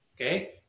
okay